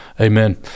Amen